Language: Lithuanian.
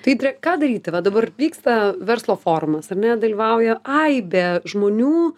tai indre ką daryti va dabar vyksta verslo forumas ar ne dalyvauja aibė žmonių